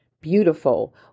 beautiful